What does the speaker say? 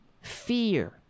fear